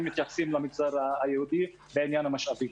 מתייחסים למגזר היהודי בעניין המשאבים.